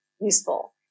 useful